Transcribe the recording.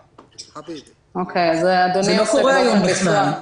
זה לא קורה היום בכלל.